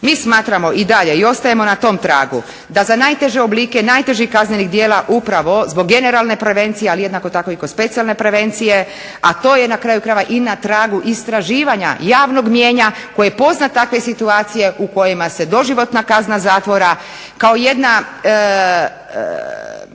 Mi smatramo i dalje i ostajemo na tom tragu da za najteže oblike najtežih kaznenih djela upravo zbog generalne prevencije, ali jednako tako i kod specijalne prevencije, a to je na kraju krajeva i na tragu istraživanja javnog mnijenja koje pozna takve situacije u kojima se doživotna kazna zatvora kao jedna